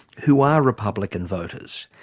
who are republican voters,